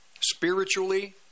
Spiritually